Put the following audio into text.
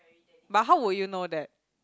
but how would you know that